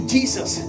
Jesus